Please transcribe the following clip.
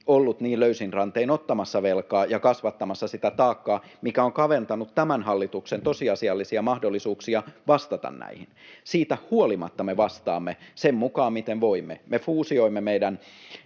ollut niin löysin rantein ottamassa velkaa ja kasvattamassa sitä taakkaa, mikä on kaventanut tämän hallituksen tosiasiallisia mahdollisuuksia vastata näihin. Siitä huolimatta me vastaamme sen mukaan, miten voimme. Me fuusioimme meidän